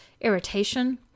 irritation